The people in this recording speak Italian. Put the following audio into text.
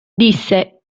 disse